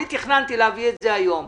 אני תכננתי להביא את זה היום,